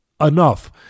enough